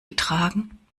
getragen